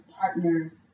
partners